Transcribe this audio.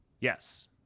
yes